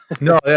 No